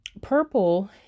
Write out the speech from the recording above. purple